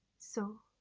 so